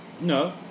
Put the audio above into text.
No